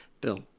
Bill